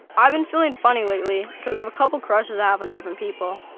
i've been feeling funny lately cause of a couple crushes i have on different people.